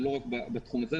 זה לא רק בתחום זה,